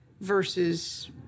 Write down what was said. versus